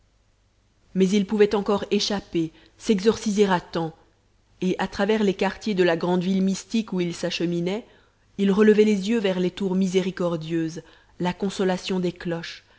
mais il pouvait encore échapper s'exorciser à temps et à travers les quartiers de la grande ville mystique où il s'acheminait il relevait les yeux vers les tours miséricordieuses la consolation des cloches